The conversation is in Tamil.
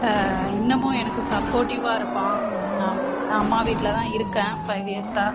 இன்னமும் எனக்கு சப்போர்டிவ்வாக இருப்பான் நான் நான் அம்மா வீட்டில் தான் இருக்கேன் ஃபைவ் இயர்ஸாக